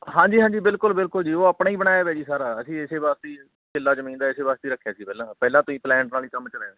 ਹਾਂਜੀ ਹਾਂਜੀ ਬਿਲਕੁਲ ਬਿਲਕੁਲ ਜੀ ਉਹ ਆਪਣਾ ਹੀ ਬਣਾਇਆ ਵਾ ਜੀ ਸਾਰਾ ਅਸੀਂ ਇਸੇ ਵਾਸਤੇ ਹੀ ਕਿੱਲਾ ਜਮੀਨ ਦਾ ਇਸ ਵਾਸਤੇ ਰੱਖਿਆ ਸੀ ਪਹਿਲਾਂ ਪਹਿਲਾਂ ਤੋਂ ਹੀ ਪਲਾਨ ਨਾਲ ਹੀ ਕੰਮ ਕਰਾਇਆ ਸੀ